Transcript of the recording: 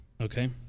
Okay